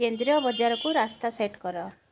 କେନ୍ଦ୍ରୀୟ ବଜାରକୁ ରାସ୍ତା ସେଟ୍ କର